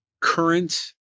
current